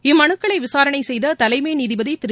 இம்மனுக்களை விசாரணை செய்த தலைளம நீதிபதி திரு